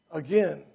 again